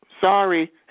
sorry